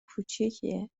کوچیکیه